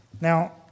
Now